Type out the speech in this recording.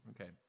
Okay